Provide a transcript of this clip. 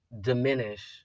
diminish